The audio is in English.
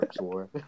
War